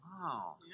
Wow